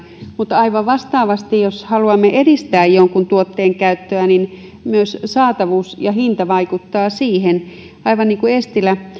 mutta aivan vastaavasti jos haluamme edistää jonkun tuotteen käyttöä saatavuus ja hinta vaikuttavat myös siihen aivan niin kuin eestilä